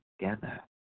together